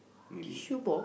maybe